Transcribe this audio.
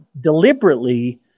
deliberately